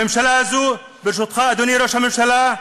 הממשלה הזו, שבראשותך, אדוני ראש הממשלה,